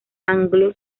anglo